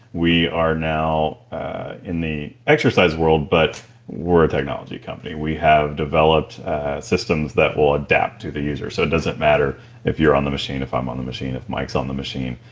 we are now in the exercise world but we're a technology company. we have developed systems that will adapt to the user. so it doesn't matter if you're on the machine if i'm on the machine if mike's on the machine,